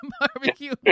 barbecue